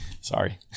sorry